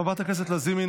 חברת הכנסת לזימי,